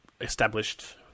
established